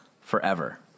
forever